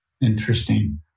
Interesting